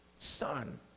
son